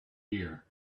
year